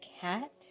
cat